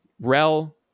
Rel